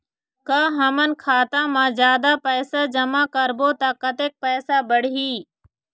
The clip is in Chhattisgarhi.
का हमन खाता मा जादा पैसा जमा करबो ता कतेक पैसा बढ़ही?